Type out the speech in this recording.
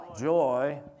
joy